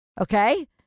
okay